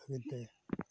ᱠᱷᱟᱹᱛᱤᱨ ᱛᱮ